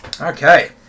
Okay